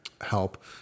help